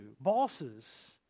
bosses